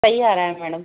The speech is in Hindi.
सही आ रहा है मैडम